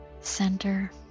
center